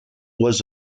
was